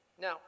Now